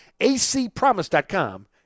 acpromise.com